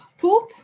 poop